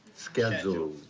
schedule.